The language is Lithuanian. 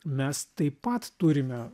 mes taip pat turime